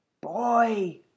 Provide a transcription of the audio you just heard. Boy